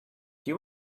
you